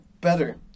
better